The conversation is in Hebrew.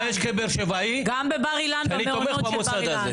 אני מתבייש כבאר שבעי שאני תומך במוסד הזה.